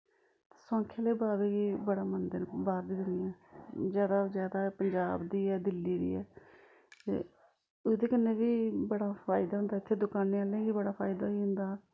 सोआंखे आह्लै बाबे गी बड़ा मनदे न बाह्र दी दुनियां जैदा जैदा पंजाब दी ऐ दिल्ली दी ऐ ते उदे कन्नै बी बड़ा फायदा होंदा इत्थे दुकानें आह्लें गी बड़ा फायदा होई जंदा